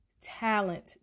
talent